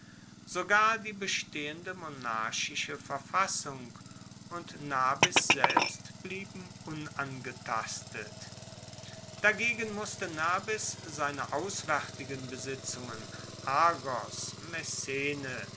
sogar die bestehende monarchische verfassung und nabis selbst blieben unangetastet dagegen musste nabis seine auswaertigen besitzungen argos messene